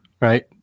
right